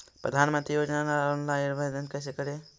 प्रधानमंत्री योजना ला ऑनलाइन आवेदन कैसे करे?